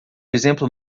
exemplo